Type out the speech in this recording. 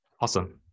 Awesome